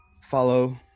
follow